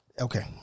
Okay